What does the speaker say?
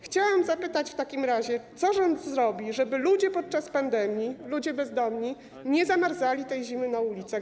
Chciałam zapytać w takim razie, co rząd zrobi, żeby ludzie podczas pandemii, ludzie bezdomni, nie zamarzali tej zimy na ulicach.